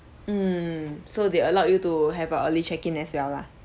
mm so they allowed you to have a early check in as well lah